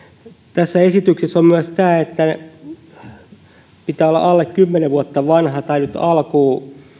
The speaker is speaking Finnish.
tässä esityksessä on myös tämä että pitää olla alle kymmenen vuotta vanha tai nyt alkuun